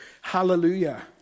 Hallelujah